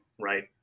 right